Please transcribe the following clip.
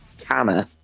Canna